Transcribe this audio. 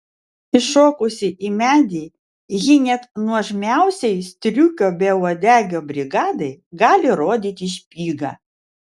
įšokusi į medį ji net nuožmiausiai striukio beuodegio brigadai gali rodyti špygą